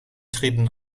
treten